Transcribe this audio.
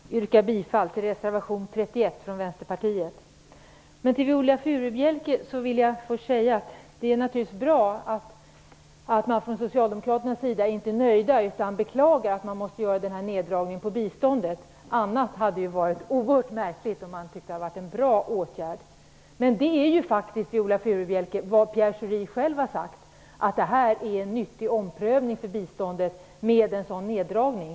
Herr talman! Först vill jag yrka bifall till reservation 31 från Vänsterpartiet. Till Viola Furubjelke vill jag först säga att det naturligtvis är bra att man från Socialdemokraternas sida inte är nöjda utan beklagar att man måste göra denna neddragning av biståndet. Det hade varit oerhört märkligt om man hade tyckt att det var en bra åtgärd. Men det är faktiskt, Viola Furubjelke, vad Pierre Schori själv har sagt, att det är en nyttig omprövning för biståndet med en sådan neddragning.